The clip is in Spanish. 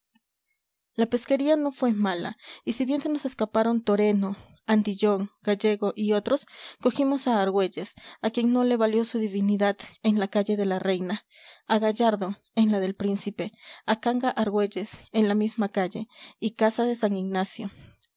la pesquería no fue mala y si bien se nos escaparon toreno antillón gallego y otros cogimos a argüelles a quien no le valió su divinidad en la calle de la reina a gallardo en la del príncipe a canga argüelles en la misma calle y casa de san ignacio